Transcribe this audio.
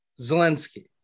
Zelensky